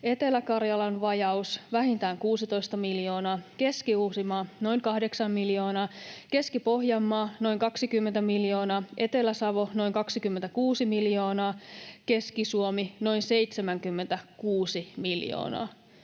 Etelä-Karjalan vajaus vähintään 16 miljoonaa, Keski-Uusimaa noin 8 miljoonaa, Keski-Pohjanmaa noin 20 miljoonaa, Etelä-Savo noin 26 miljoonaa, Keski-Suomi noin 76 miljoonaa